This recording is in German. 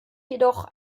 jedoch